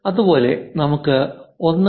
അതുപോലെ നമുക്ക് 1